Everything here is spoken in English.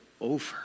over